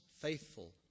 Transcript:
faithful